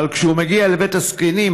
אבל כשהוא מגיע לבית הזקנים,